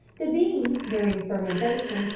the bean, during fermentation,